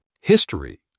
History